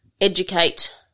educate